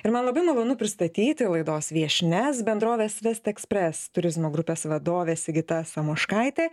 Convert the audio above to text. ir man labai malonu pristatyti laidos viešnias bendrovės vestekspres turizmo grupės vadovė sigita samoškaitė